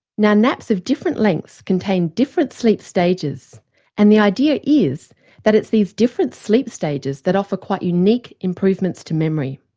now naps of different lengths contain different sleep stages and the idea is that it's these different sleep stages that offer quite unique improvements to memory.